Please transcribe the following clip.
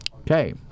Okay